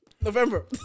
November